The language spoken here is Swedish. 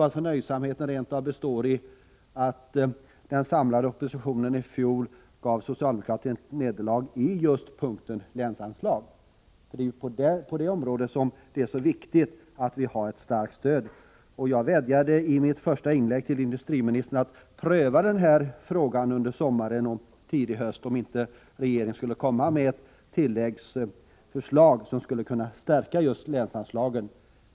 Förnöjsamheten kan rent av bestå i att den samlade oppositionen i fjol såg till att socialdemokraterna led nederlag när det gäller länsanslagen. På detta område är det viktigt att vi har ett starkt stöd. Jag vädjade i mitt första inlägg till industriministern att pröva frågan under sommaren och under den tidiga hösten. Jag undrade om inte regeringen skulle komma med ett tilläggsförslag som skulle stärka länsanslagen.